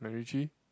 allergy